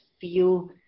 feel